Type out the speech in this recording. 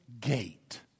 gate